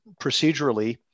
procedurally